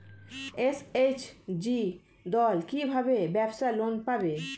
SHG দল কী ভাবে ব্যাবসা লোন পাবে?